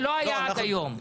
זה לא היה עד היום,